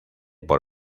por